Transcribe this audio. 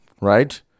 Right